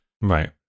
Right